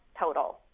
total